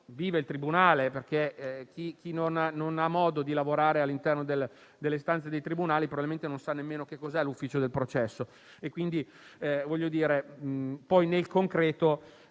vive il tribunale, perché chi non ha modo di lavorare all'interno delle stanze dei tribunali, probabilmente non sa nemmeno che cos'è l'ufficio per il processo. Poi, nel concreto,